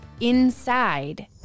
inside